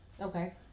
Okay